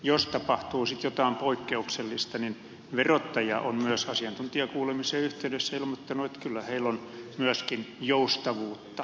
jos sitten tapahtuu jotain poikkeuksellista niin verottaja on myös asiantuntijakuulemisen yhteydessä ilmoittanut että kyllä heillä on myöskin joustavuutta